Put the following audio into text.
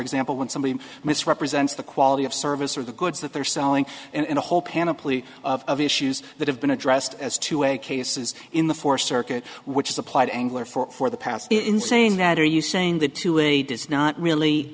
example when somebody misrepresents the quality of service or the goods that they're selling in a whole panoply of issues that have been addressed as to a cases in the fourth circuit which is applied angler for the past in saying that are you saying that to him he does not really